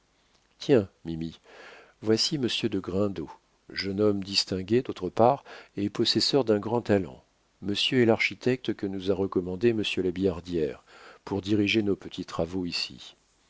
tiens mimi voici monsieur de grindot jeune homme distingué d'autre part et possesseur d'un grand talent monsieur est l'architecte que nous a recommandé monsieur de la billardière pour diriger nos petits travaux ici